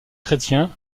chrétien